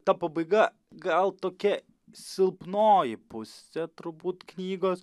ta pabaiga gal tokia silpnoji pusė turbūt knygos